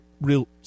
real